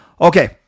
okay